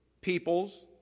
peoples